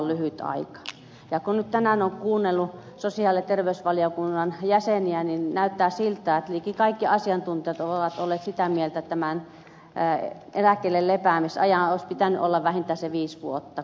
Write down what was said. kun nyt tänään on kuunnellut sosiaali ja terveysvaliokunnan jäseniä niin näyttää siltä että liki kaikki asiantuntijat ovat olleet sitä mieltä että tämän eläkkeen lepäämisajan olisi pitänyt olla vähintään se viisi vuotta